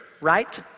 right